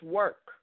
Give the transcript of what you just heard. work